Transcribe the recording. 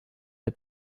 der